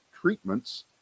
treatments